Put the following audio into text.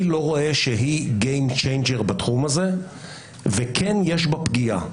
אני לא רואה שהיא גיים צ'ינג'ר בתחום הזה וכן יש בה פגיעה.